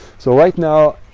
so right now,